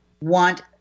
want